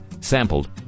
sampled